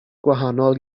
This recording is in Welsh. gwahanol